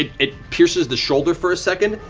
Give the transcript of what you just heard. it pierces the shoulder for a second,